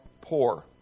poor